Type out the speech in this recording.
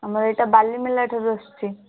ଆମର ଏଇଟା ବାଲିମେଲାଠାରୁ ଆସୁଛି